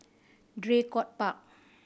Draycott Park